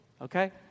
okay